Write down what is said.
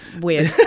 weird